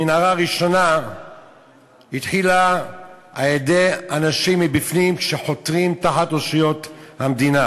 המנהרה הראשונה התחילה על-ידי אנשים מבפנים שחותרים תחת אושיות המדינה.